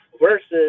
versus